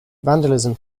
vandalism